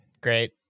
Great